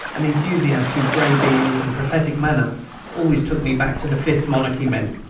an enthusiast whose gray beard and prophetic manner always took me back to the fifth-monarchy men.